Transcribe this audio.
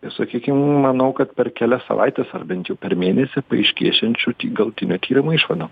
sakykim manau kad per kelias savaites ar bent jau per mėnesį paaiškėšiančių tik galutinių tyrimo išvadų